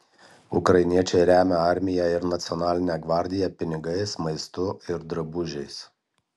ukrainiečiai remia armiją ir nacionalinę gvardiją pinigais maistu ir drabužiais